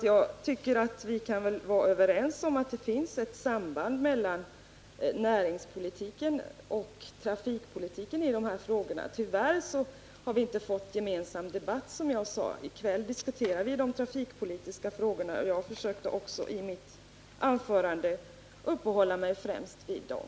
Jag tycker att vi kan vara överens om att det finns ett samband mellan näringspolitik och trafikpolitik här. Tyvärr har vi, som jag sade, inte fått en gemensam debatt kring detta. I kväll diskuterar vi de trafikpolitiska frågorna, och jag försökte också i mitt anförande att uppehålla mig främst vid dem.